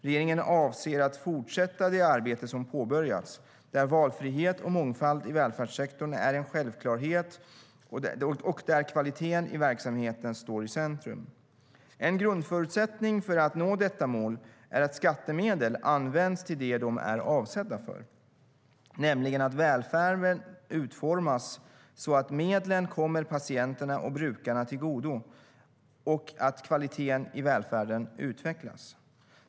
Regeringen avser att fortsätta det arbete som har påbörjats, där valfrihet och mångfald i välfärdssektorn är en självklarhet och kvaliteten i verksamheten står i centrum. En grundförutsättning för att nå detta mål är att skattemedel används till det de är avsedda för, nämligen att välfärden utformas så att medlen kommer patienterna och brukarna till godo och att kvaliteten i välfärden utvecklas.